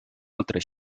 altra